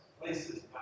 places